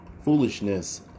foolishness